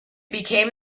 became